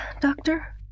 Doctor